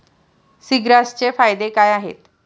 सीग्रासचे फायदे काय आहेत?